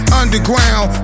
underground